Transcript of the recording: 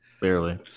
barely